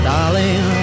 Darling